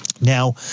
Now